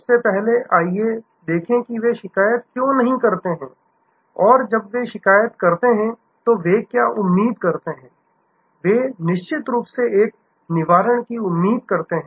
सबसे पहले आइए देखें कि वे शिकायत क्यों करते हैं और जब वे शिकायत करते हैं तो वे क्या उम्मीद करते हैं वे निश्चित रूप से एक निवारण की उम्मीद करते हैं